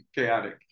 chaotic